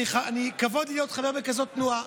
כבוד לי להיות חבר בכזאת תנועה.